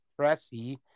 Pressy